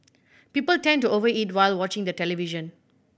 people tend to over eat while watching the television